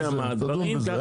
תדון בזה.